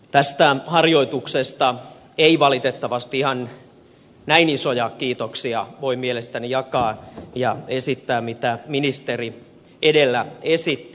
tästä harjoituksesta ei valitettavasti ihan näin isoja kiitoksia voi mielestäni jakaa ja esittää kuin ministeri edellä esitti